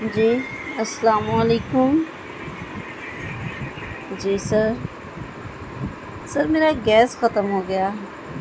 جی السّلام علیکم جی سر سر میرا گیس ختم ہو گیا